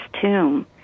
tomb